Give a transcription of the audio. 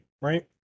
right